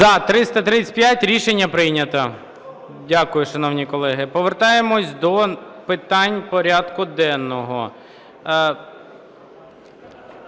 За-335 Рішення прийнято. Дякую, шановні колеги. Повертаємося до питань порядку денного.